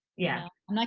yeah. like,